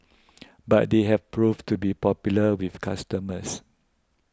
but they have proved to be popular with customers